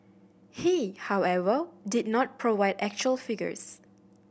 he however did not provide actual figures